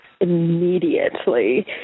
immediately